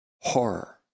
horror